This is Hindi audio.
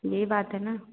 यही बात है न